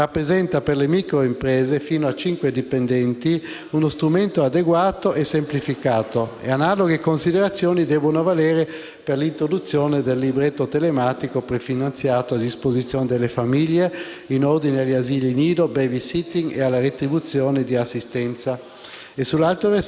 per l'introduzione del libretto telematico prefinanziato a disposizione delle famiglie in ordine ad asili nido, *baby sitting* e alla retribuzione di attività di assistenza o, su altro versante, a quelle senza fini di lucro, gestite dai privati. Riteniamo questo un primo passo, non ancora soddisfacente per